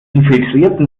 infiltrieren